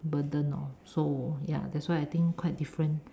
orh mm burden lor so ya that's why I think quite different